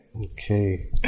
okay